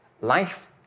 life